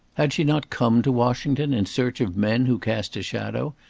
had she not come to washington in search of men who cast a shadow,